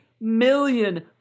million